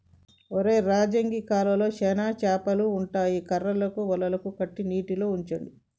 ఒరై రాజు గీ కాలువలో చానా సేపలు ఉంటాయి కర్రలకు వలలు కట్టి నీటిలో ఉంచండి